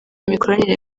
imikoranire